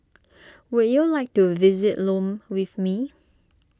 would you like to visit Lome with me